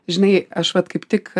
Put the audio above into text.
žinai aš vat kaip tik